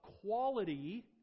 quality